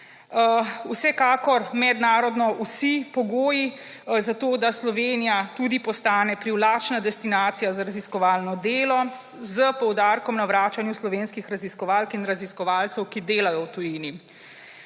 Vsekakor mednarodno vsi pogoji za to, da Slovenija postane privlačna destinacija za raziskovalno delo s poudarkom na vračanju slovenskih raziskovalk in raziskovalcev, ki delajo v tujini.